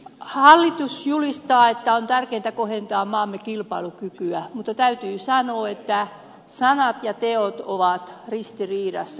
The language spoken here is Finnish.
hallitus julistaa että on tärkeintä kohentaa maamme kilpailukykyä mutta täytyy sanoa että sanat ja teot ovat ristiriidassa